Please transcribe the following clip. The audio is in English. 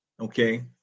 okay